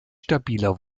stabiler